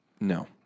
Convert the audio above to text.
No